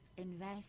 Invest